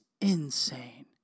insane